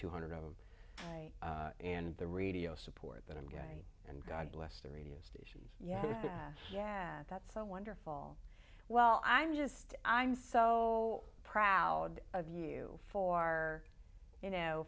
two hundred of right and the radio support that i'm gay and god bless the radiations yeah yeah that's so wonderful well i'm just i'm so proud of you for you know